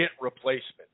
replacement